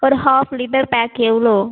ஒரு half litre pack எவ்வளோ